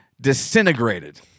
disintegrated